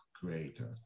creator